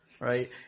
right